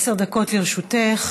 עשר דקות לרשותך.